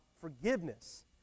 forgiveness